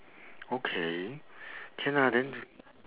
okay can lah then